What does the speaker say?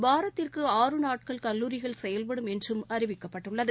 வாரத்திற்கு ஆறு நாட்கள் கல்லுரிகள் செயல்படும் என்றும் அறிவிக்கப்பட்டுள்ளது